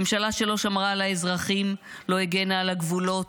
ממשלה שלא שמרה על האזרחים, לא הגנה על הגבולות,